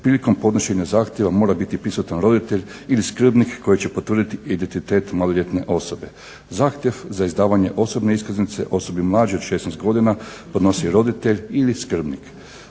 prilikom podnošenja zahtjeva mora biti prisutan roditelj ili skrbnik koji će potvrditi identitet maloljetne osobe. Zahtjev za izdavanje osobne iskaznice osobi mlađoj od 16 godina podnosi roditelj ili skrbnik.